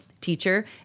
teacher